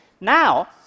Now